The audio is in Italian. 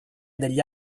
degli